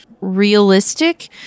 realistic